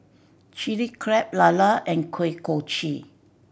Chilli Crab lala and Kuih Kochi